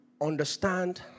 understand